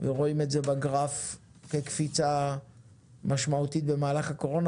ורואים את זה בגרף כקפיצה משמעותית במהלך הקורונה